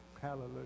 Hallelujah